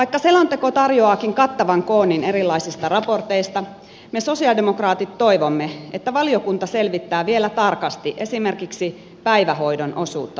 vaikka selonteko tarjoaakin kattavan koonnin erilaisista raporteista me sosialidemokraatit toivomme että valiokunta selvittää vielä tarkasti esimerkiksi päivähoidon osuutta selonteossa